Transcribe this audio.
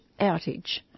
outage